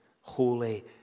holy